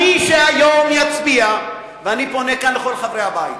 מי שהיום יצביע, ואני פונה כאן לכל חברי הבית.